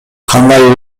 кандай